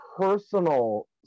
personal